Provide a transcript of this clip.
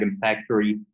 factory